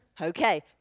Okay